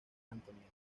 antonieta